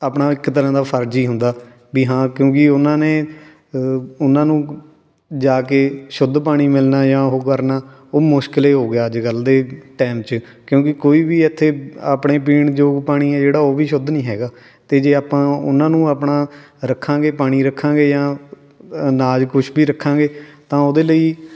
ਆਪਣਾ ਇੱਕ ਤਰ੍ਹਾਂ ਦਾ ਫਰਜ਼ ਹੀ ਹੁੰਦਾ ਵੀ ਹਾਂ ਕਿਉਂਕਿ ਉਨ੍ਹਾਂ ਨੇ ਉਨ੍ਹਾਂ ਨੂੰ ਜਾ ਕੇ ਸ਼ੁੱਧ ਪਾਣੀ ਮਿਲਣਾ ਜਾਂ ਉਹ ਕਰਨਾ ਉਹ ਮੁਸ਼ਕਿਲ ਹੋ ਗਿਆ ਅੱਜ ਕੱਲ੍ਹ ਦੇ ਟਾਈਮ 'ਚ ਕਿਉਂਕਿ ਕੋਈ ਵੀ ਇੱਥੇ ਆਪਣੇ ਪੀਣ ਯੋਗ ਪਾਣੀ ਹੈ ਜਿਹੜਾ ਉਹ ਵੀ ਸ਼ੁੱਧ ਨਹੀਂ ਹੈਗਾ ਅਤੇ ਜੇ ਆਪਾਂ ਉਨ੍ਹਾਂ ਨੂੰ ਆਪਣਾ ਰੱਖਾਂਗੇ ਪਾਣੀ ਰੱਖਾਂਗੇ ਜਾਂ ਅਨਾਜ ਕੁਛ ਵੀ ਰੱਖਾਂਗੇ ਤਾਂ ਉਹਦੇ ਲਈ